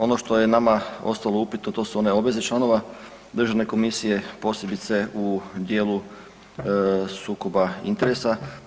Ono što je nama ostalo upitno to su one obveze članova državne komisije, posebice u djelu sukoba interesa.